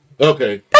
Okay